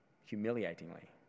humiliatingly